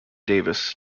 davis